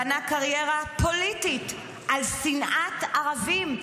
בנה קריירת פוליטית על שנאת ערבים.